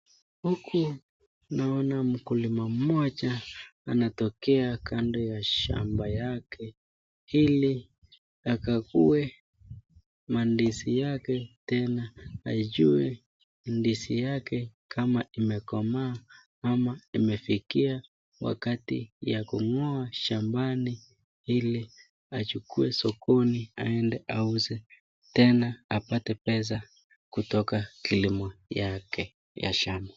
Huku naona mkulima mmoja anatokea kando ya shamba yake, ili akague maandizi yake tena ajue maandizi yake kama imekomaa ama imefikia wakati ya kung'oa shambani ili achukue sokoni aende auze, tena apate pesa kutoka kilimo yake ya shamba.